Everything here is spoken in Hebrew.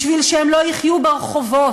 כדי שהם לא יחיו ברחובות,